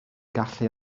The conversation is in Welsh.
gallu